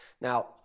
Now